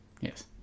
Yes